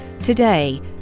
Today